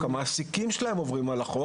המעסיקים שלהם עוברים על החוק.